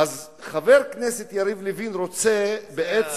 אז חבר כנסת יריב לוין רוצה בעצם,